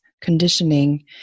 conditioning